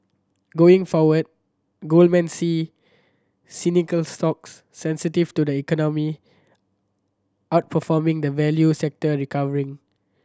going forward Goldman see cyclical stocks sensitive to the economy outperforming the value sector recovering